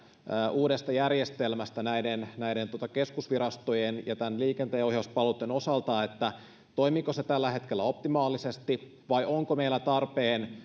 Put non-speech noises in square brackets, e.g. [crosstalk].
uudesta järjestelmästä näiden näiden keskusvirastojen ja näitten liikenteenohjauspalveluitten osalta toimiiko se tällä hetkellä optimaalisesti vai onko meillä tarpeen [unintelligible]